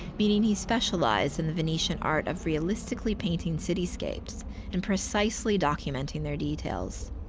meaning he specializes in the venetian art of realistically painting cityscapes and precisely documenting their details.